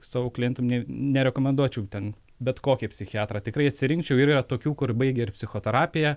savo klientam ne nerekomenduočiau ten bet kokį psichiatrą tikrai atsirinkčiau ir yra tokių kur baigia ir psichoterapiją